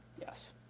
Yes